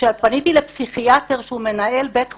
כשפניתי לפסיכיאטר שהוא מנהל בית חולים,